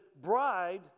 bride